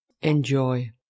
Enjoy